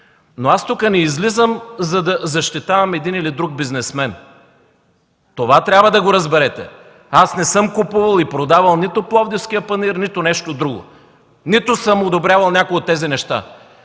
Тук не излизам, за да защитавам един или друг бизнесмен, това трябва да го разберете. Аз не съм купувал и продавал нито Пловдивския панаир, нито нещо друго, нито съм одобрявал някои от тези неща.